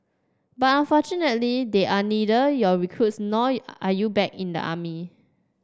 but unfortunately they are neither your recruits nor are you back in the army